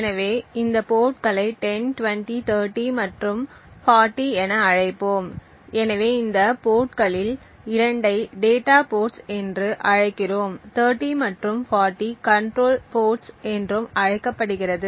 எனவே இந்த போர்ட்களை 10 20 30 மற்றும் 40 என அழைப்போம் எனவே இந்த போர்ட்களில் 2 ஐ டேட்டா போர்ட்ஸ் என்று அழைக்கிறோம் 30 மற்றும் 40 கண்ட்ரோல் போர்ட்ஸ் என்றும் அழைக்கப்படுகிறது